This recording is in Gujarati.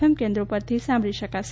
એમ કેન્દ્રો પરથી સાંભળી શકાશે